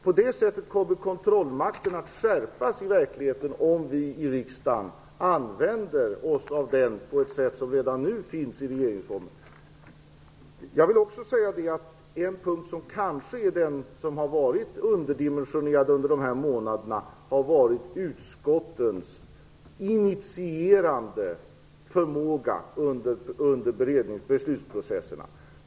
På så sätt kommer kontrollmakten i verkligheten att skärpas om vi i riksdagen använder oss av den på det sätt som redan finns angivet i regeringsformen. Något som kanske har varit underdimensionerat under dessa månader är utskottens initierande förmåga under beslutsprocesserna.